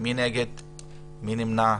הצבעה